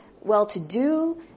well-to-do